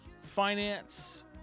finance